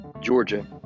Georgia